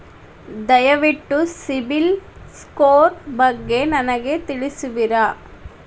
ದಯವಿಟ್ಟು ಸಿಬಿಲ್ ಸ್ಕೋರ್ ಬಗ್ಗೆ ನನಗೆ ತಿಳಿಸುವಿರಾ?